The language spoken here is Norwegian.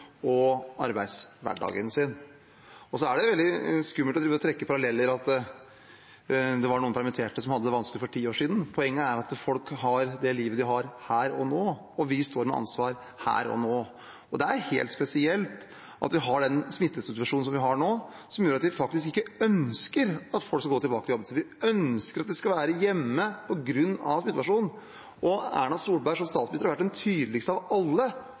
og arbeidshverdagen sin. Det er også veldig skummelt å drive og trekke paralleller til at det var noen permitterte som hadde det vanskelig for ti år siden. Poenget er at folk har det livet de har, her og nå, og vi står med ansvar her og nå. Det er helt spesielt at vi har den smittesituasjonen som vi har nå, som gjør at vi faktisk ikke ønsker at folk skal gå tilbake til jobb. Vi ønsker at de skal være hjemme på grunn av situasjonen, og Erna Solberg som statsminister har vært den tydeligste av alle